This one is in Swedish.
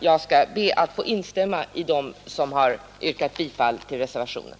Jag ber att få instämma med dem som har yrkat bifall till reservationen.